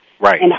Right